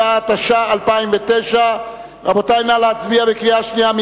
47), התש"ע 2009, רבותי, נא להצביע בקריאה שנייה.